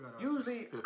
usually